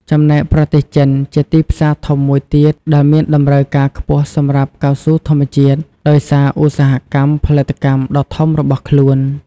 ចំណែកប្រទេសចិន ជាទីផ្សារធំមួយទៀតដែលមានតម្រូវការខ្ពស់សម្រាប់កៅស៊ូធម្មជាតិ ដោយសារឧស្សាហកម្មផលិតកម្មដ៏ធំរបស់ខ្លួន។